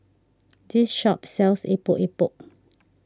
this shop sells Epok Epok